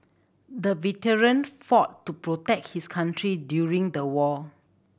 the veteran fought to protect his country during the war